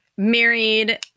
married